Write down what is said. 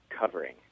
covering